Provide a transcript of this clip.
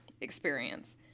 experience